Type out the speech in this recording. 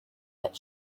that